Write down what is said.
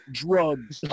drugs